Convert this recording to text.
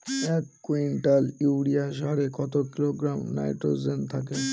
এক quintal urea সারে কত কিলোগ্রাম নাইট্রোজেন থাকে?